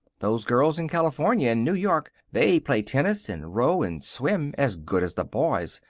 those girls in california and new york, they play tennis and row and swim as good as the boys.